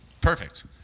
perfect